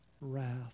wrath